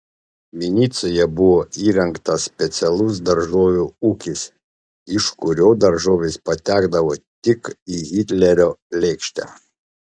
vinicoje buvo įrengtas specialus daržovių ūkis iš kurio daržovės patekdavo tik į hitlerio lėkštę